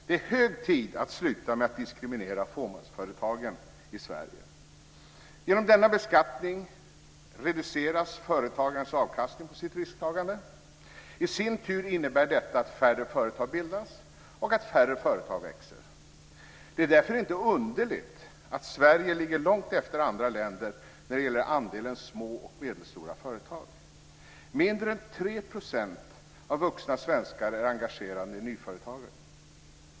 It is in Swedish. Det är hög tid att sluta diskriminera fåmansföretagen i Sverige. Genom denna beskattning reduceras företagarens avkastning på dennes risktagande. Detta i sin tur innebär att färre företag bildas och att färre företag växer. Det är därför inte underligt att Sverige ligger långt efter andra länder när det gäller andelen små och medelstora företag. Mindre än 3 % av vuxna svenskar är engagerade i nyföretagande.